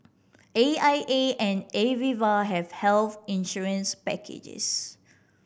A I A and Aviva have health insurance packages